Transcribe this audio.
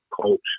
coach